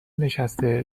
نشسته